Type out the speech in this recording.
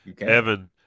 evan